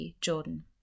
Jordan